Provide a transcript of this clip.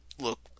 look